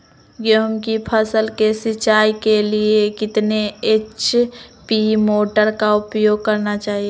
गेंहू की फसल के सिंचाई के लिए कितने एच.पी मोटर का उपयोग करना चाहिए?